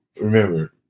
remember